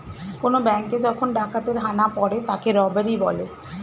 কোন ব্যাঙ্কে যখন ডাকাতের হানা পড়ে তাকে রবারি বলে